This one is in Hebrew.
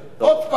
עוד פעם,